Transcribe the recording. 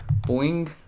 boing